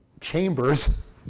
chambers